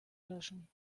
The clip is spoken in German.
löschen